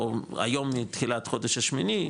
שהיום מתחילת חודש השמיני,